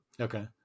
Okay